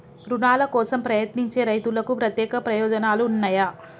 రుణాల కోసం ప్రయత్నించే రైతులకు ప్రత్యేక ప్రయోజనాలు ఉన్నయా?